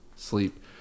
Sleep